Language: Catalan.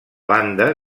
banda